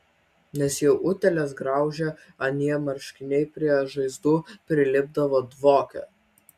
nes jau utėlės graužė anie marškiniai prie žaizdų prilipdavo dvokė